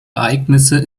ereignisse